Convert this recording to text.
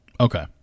Okay